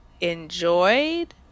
enjoyed